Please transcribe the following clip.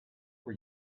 were